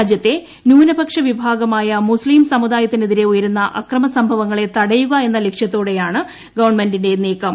രാജ്യത്ത് ന്യൂനപക്ഷ വിഭാഗമായ മുസ്തിം സമുദായത്തിനെതിരെ ഉയരുന്ന അക്രമ സംഭവങ്ങളെ തടയുക എന്ന ലക്ഷ്യത്തോടെയാണ് ഗവൺമെന്റിന്റെ നീക്കം